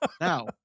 now